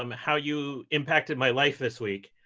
um how you impacted my life this week.